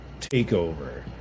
Takeover